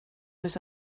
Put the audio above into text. was